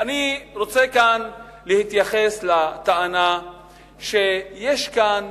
אני רוצה להתייחס לטענה שיש כאן